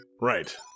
Right